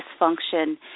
dysfunction